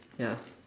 ya